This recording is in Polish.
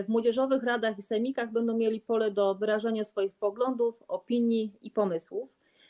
W młodzieżowych radach i sejmikach będą mieli oni pole do wyrażania swoich poglądów, opinii i pomysłów.